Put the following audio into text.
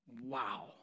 wow